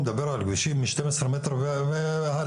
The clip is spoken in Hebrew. מדבר על כבישים מ-12 מטר והלאה.